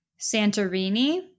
Santorini